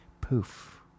poof